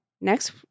Next